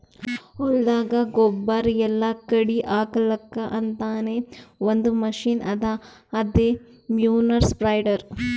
ಹೊಲ್ದಾಗ ಗೊಬ್ಬುರ್ ಎಲ್ಲಾ ಕಡಿ ಹಾಕಲಕ್ಕ್ ಅಂತಾನೆ ಒಂದ್ ಮಷಿನ್ ಅದಾ ಅದೇ ಮ್ಯಾನ್ಯೂರ್ ಸ್ಪ್ರೆಡರ್